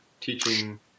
teaching